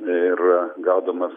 ir gaudamas